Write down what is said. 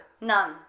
None